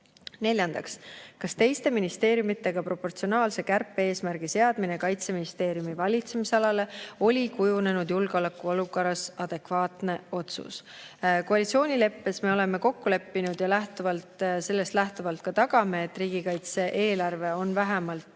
Neljandaks: "Kas teiste ministeeriumitega proportsionaalse kärpe-eesmärgi seadmine Kaitseministeeriumi valitsemisalale oli kujunenud julgeolekuolukorras adekvaatne otsus?" Koalitsioonileppes me oleme kokku leppinud ja sellest lähtuvalt ka tagame, et riigi kaitse‑eelarve on vähemalt